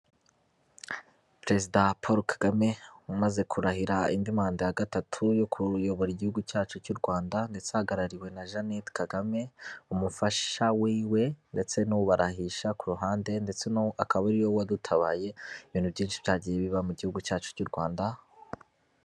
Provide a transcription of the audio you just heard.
Perezida Paul Kagame umaze kurahira indi manda ya gatatu yo kuyobora igihugu cyacu cy'u Rwanda ndetse ahagarariwe na Jeannette Kagame umufasha wiwe ndetse n'ubarahirisha ku ruhande, ndetse akaba ariwe wadutabaye ibintu byinshi byagiye biba mu gihugu cyacu cy'u Rwanda.